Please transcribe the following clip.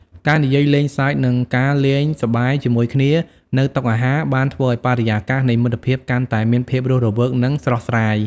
ការនិយាយលេងសើចនិងការលេងសប្បាយជាមួយគ្នានៅតុអាហារបានធ្វើឱ្យបរិយាកាសនៃមិត្តភាពកាន់តែមានភាពរស់រវើកនិងស្រស់ស្រាយ។